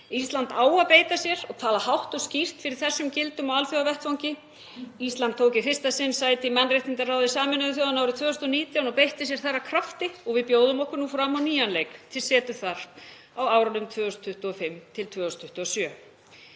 Ísland á að beita sér og tala hátt og skýrt fyrir þessum gildum á alþjóðavettvangi. Ísland tók í fyrsta sinn sæti í mannréttindaráði Sameinuðu þjóðanna árið 2019 og beitti sér af krafti. Við bjóðum okkur nú fram á nýjan leik til setu þar á árunum 2025–2027.